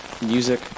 music